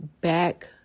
back